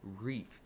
reap